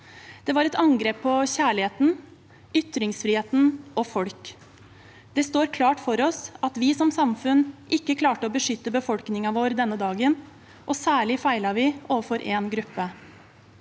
Det var et angrep på kjærligheten, ytringsfriheten og folk. Det står klart for oss at vi som samfunn ikke klarte å beskytte befolkningen vår denne dagen, og særlig feilet vi overfor én gruppe.